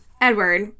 Edward